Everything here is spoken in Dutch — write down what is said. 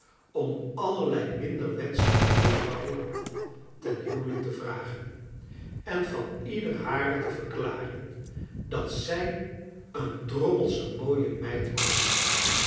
om allerlei minder wenschelijke juffrouwen ten huwelijk te vragen en van ieder harer te verklaren dat zij een drommelsche mooie meid was